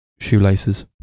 shoelaces